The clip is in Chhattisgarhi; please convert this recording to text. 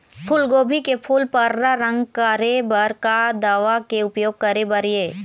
फूलगोभी के फूल पर्रा रंग करे बर का दवा के उपयोग करे बर ये?